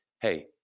hey